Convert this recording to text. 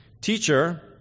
Teacher